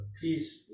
peace